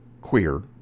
queer